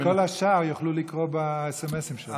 רק נגיד שאת כל השאר הם יוכלו לקרוא בסמ"סים שלהם.